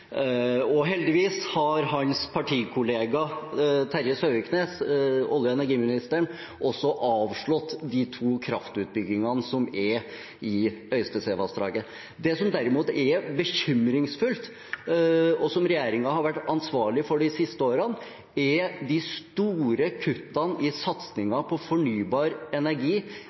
Heldigvis har hans partikollega Terje Søviknes, olje- og energiministeren, også avslått de to kraftutbyggingene som er i Øystesevassdraget. Det som derimot er bekymringsfullt, og som regjeringen har vært ansvarlig for de siste årene, er de store kuttene i satsingen på fornybar energi